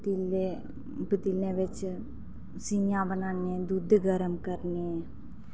पतीले पतीले बिच्च सियां बनाने दुद्ध गर्म करने